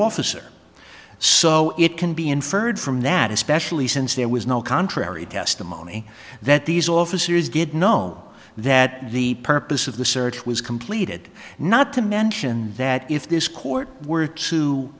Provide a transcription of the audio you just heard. officer so it can be inferred from that especially since there was no contrary testimony that these officers did know that the purpose of the search was completed not to mention that if this court were to